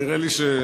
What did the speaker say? נראה לי שנחלצת.